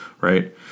right